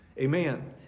Amen